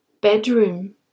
Bedroom